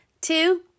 two